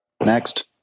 next